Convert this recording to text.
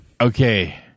okay